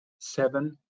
seven